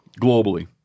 Globally